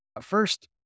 first